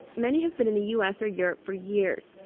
many have been in the u s. or europe for years,